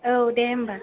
औ दे होमबा